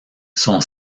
son